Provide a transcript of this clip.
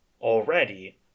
already